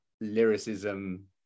lyricism